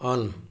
on